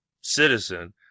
citizen